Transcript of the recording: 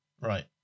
Right